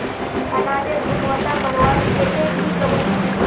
अनाजेर गुणवत्ता बढ़वार केते की करूम?